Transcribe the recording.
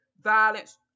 violence